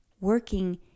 working